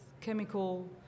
chemical